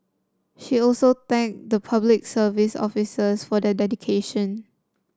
she also thanked the Public Service officers for their dedication